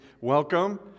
welcome